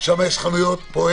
שם החנויות פתוחות,